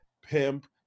pimp